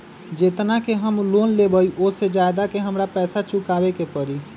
जेतना के हम लोन लेबई ओ से ज्यादा के हमरा पैसा चुकाबे के परी?